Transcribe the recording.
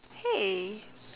hey